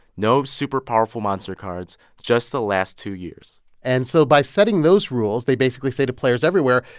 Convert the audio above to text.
no super powerful monster cards just the last two years and so by setting those rules, they basically say to players everywhere,